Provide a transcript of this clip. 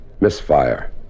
Misfire